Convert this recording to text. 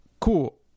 cool